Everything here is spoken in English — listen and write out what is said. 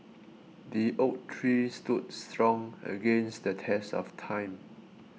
the oak tree stood strong against the test of time